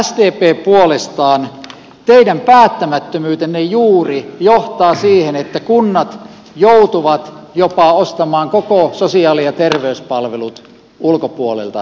ja sdp teidän päättämättömyytenne juuri johtaa siihen että kunnat joutuvat jopa ostamaan koko sosiaali ja terveyspalvelut ulkopuolelta yrityksiltä